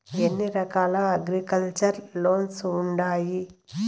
ఎన్ని రకాల agriculture loans ఉండాయి